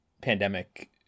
pandemic